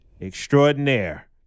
extraordinaire